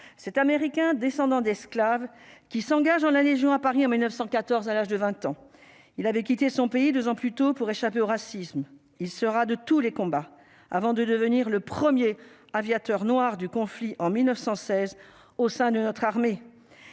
cet Américain, descendants d'esclaves qui s'engage dans la Légion à Paris en 1914 à l'âge de 20 ans il avait quitté son pays 2 ans plus tôt, pour échapper au racisme, il sera de tous les combats, avant de devenir le 1er aviateur noire du conflit en 1916 au sein de notre armée,